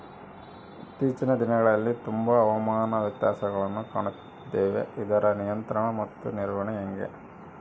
ಇತ್ತೇಚಿನ ದಿನಗಳಲ್ಲಿ ತುಂಬಾ ಹವಾಮಾನ ವ್ಯತ್ಯಾಸಗಳನ್ನು ಕಾಣುತ್ತಿದ್ದೇವೆ ಇದರ ನಿಯಂತ್ರಣ ಮತ್ತು ನಿರ್ವಹಣೆ ಹೆಂಗೆ?